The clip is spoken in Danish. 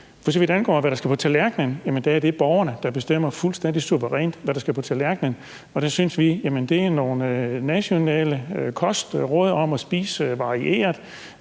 For så vidt angår, hvad der skal på tallerkenen, er det borgerne, der bestemmer fuldstændig suverænt, hvad der skal på tallerkenen. Der er det nogle nationale kostråd om at spise varieret,